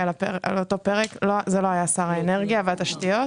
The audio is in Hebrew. לאותו פרק לא היה שר האנרגיה והתשתיות,